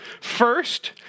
First